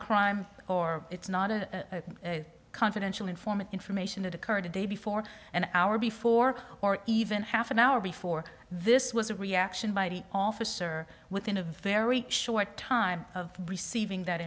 a crime or it's not a confidential informant information that occurred a day before an hour before or even half an hour before this was a reaction by the officer within a very short time of receiving that